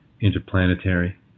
interplanetary